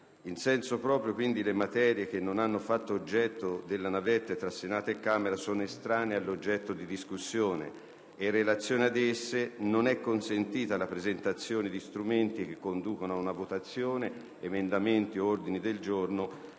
In senso proprio, pertanto, le materie che non sono state modificate nella navetta tra Senato e Camera sono estranee all'oggetto di discussione e, in relazione ad esse, non è consentita la presentazione di strumenti che conducono ad una votazione (emendamenti o ordini del giorno),